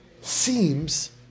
seems